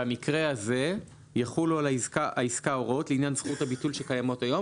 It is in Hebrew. במקרה הזה יחולו על העסקה הוראות לעניין זכות הביטול שקיימות היום,